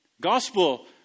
Gospel